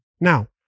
Now